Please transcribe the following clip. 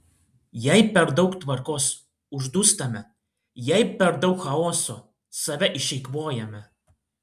jei per daug tvarkos uždūstame jei per daug chaoso save išeikvojame